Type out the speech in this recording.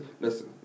listen